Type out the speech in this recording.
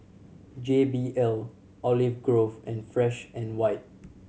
J B L Olive Grove and Fresh and White